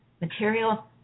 material